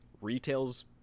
retails